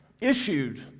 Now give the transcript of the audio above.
issued